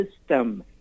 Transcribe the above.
system